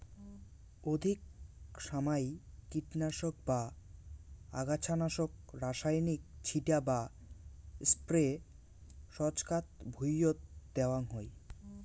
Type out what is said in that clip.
অধিক সমাই কীটনাশক বা আগাছানাশক রাসায়নিক ছিটা বা স্প্রে ছচকাত ভুঁইয়ত দ্যাওয়াং হই